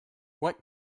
what